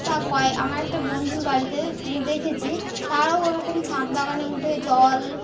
তা কয়ে আমার একটা বন্ধুর বাড়িতে দেখেছি তারাও ওরকম ছাদ বাগানে উঠে জল